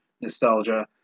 nostalgia